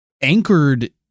anchored